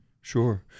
sure